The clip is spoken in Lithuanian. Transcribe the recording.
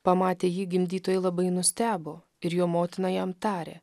pamatę jį gimdytojai labai nustebo ir jo motina jam tarė